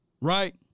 right